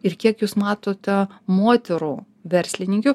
ir kiek jūs matote moterų verslininkių